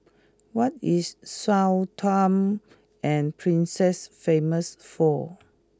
what is Sao Tome and Principe famous for